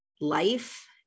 life